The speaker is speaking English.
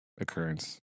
occurrence